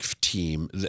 team